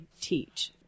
teach